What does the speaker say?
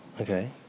Okay